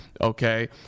okay